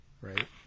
right